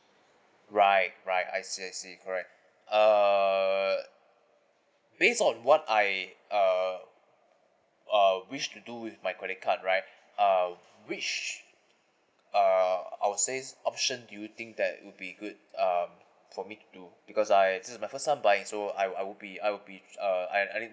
right right I see I see correct err based on what I err uh wish to do with my credit card right um which err I would say option do you think that would be good um for me to do because I this is my first time buying so I will I will be I will be uh and I need